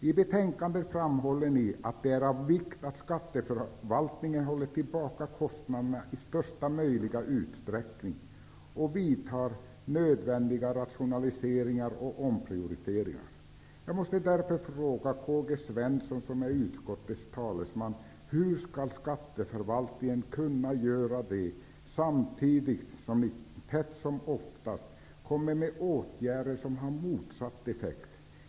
I betänkandet framhåller ni att det är av vikt att skatteförvaltningen håller tillbaka kostnaderna i största möjliga utsträckning och gör nödvändiga rationaliseringar och omprioriteringar. Jag måste därför fråga K.-G. Svenson, som är utskottets talesman: Hur skall skatteförvaltningen kunna göra det samtidigt som ni titt och tätt kommer med åtgärder som har motsatt effekt?